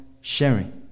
sharing